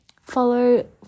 follow